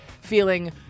feeling